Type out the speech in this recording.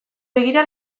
begira